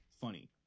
funny